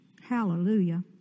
Hallelujah